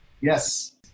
yes